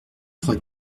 trois